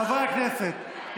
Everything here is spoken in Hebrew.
חברי הכנסת,